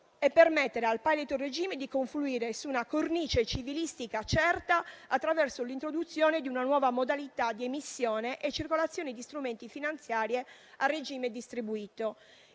permettendo a quest'ultimo di confluire in una cornice civilistica certa, attraverso l'introduzione di una nuova modalità di emissione e circolazione di strumenti finanziari a regime distribuito.